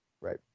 Right